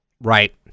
Right